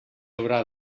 haurà